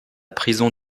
prison